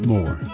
More